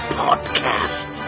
podcast